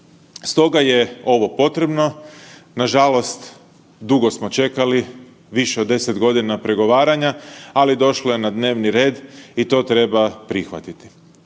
Stoga je ovo potrebno. Nažalost dugo smo čekali više od 10 godina pregovaranja, ali došlo je na dnevni red i to treba prihvatiti.